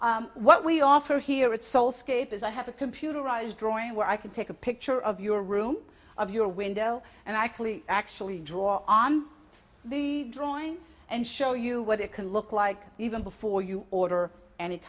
what we offer here it's so scape is i have a computerized drawing where i can take a picture of your room of your window and i clearly actually draw on the drawing and show you what it can look like even before you order an